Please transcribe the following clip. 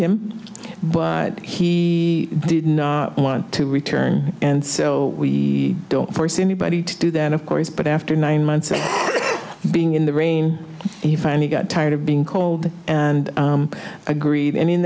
him but he didn't want to return and so we don't force anybody to do that of course but after nine months of being in the rain you finally got tired of being called and agreed and in